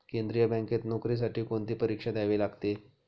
केंद्रीय बँकेत नोकरीसाठी कोणती परीक्षा द्यावी लागते?